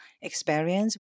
experience